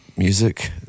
Music